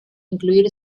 incluir